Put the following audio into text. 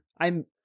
I'm-